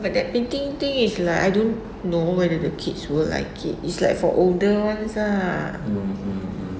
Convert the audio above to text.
but that painting thing is like I don't know whether the kids will like it it's like for older ones ah